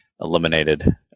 eliminated